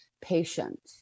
Patient